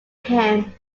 him